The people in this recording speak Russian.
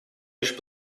лишь